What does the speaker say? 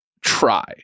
try